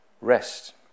rest